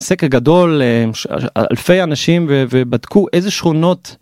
סקר גדול אלפי אנשים ובדקו איזה שכונות